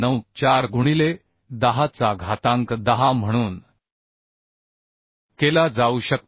94 गुणिले 10चा घातांक 10 म्हणून केला जाऊ शकते